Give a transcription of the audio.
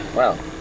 wow